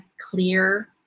clear